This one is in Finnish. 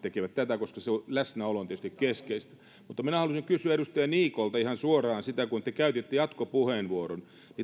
tekevät tätä koska se läsnäolo on tietysti keskeistä mutta minä haluaisin kysyä edustaja niikolta ihan suoraan sitä kun te käytitte jatkopuheenvuoron